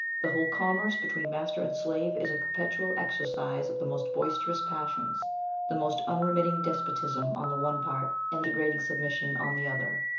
the whole commerce between master and slave is a perpetual exercise of the most boisterous passions the most unremitting despotism on the one part, and degrading submission on the other.